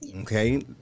Okay